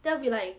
that'll be like